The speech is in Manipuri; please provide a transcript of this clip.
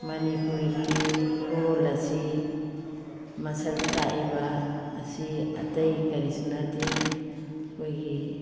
ꯃꯅꯤꯄꯨꯔꯒꯤ ꯂꯣꯟ ꯑꯁꯤ ꯃꯁꯛ ꯇꯥꯛꯏꯕ ꯑꯁꯤ ꯑꯇꯩ ꯀꯔꯤꯁꯨ ꯅꯠꯇꯦ ꯑꯩꯈꯣꯏꯒꯤ